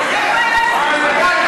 על מה?